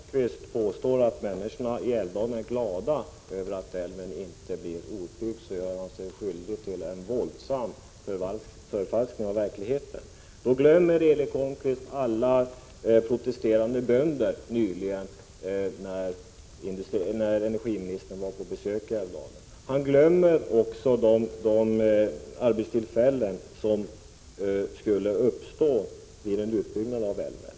Herr talman! När Erik Holmkvist påstår att människorna i Älvdalen är glada över att älven inte blir utbyggd gör han sig skyldig till en våldsam förfalskning av verkligheten. Erik Holmkvist glömmer alla de protesterande bönderna vid det tillfälle då energiministern nyligen var på besök i Älvdalen. Han glömmer också de arbetstillfällen som skulle tillkomma vid en utbyggnad av älven.